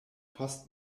post